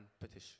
petition